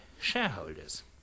shareholders